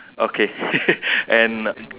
okay and